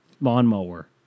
Lawnmower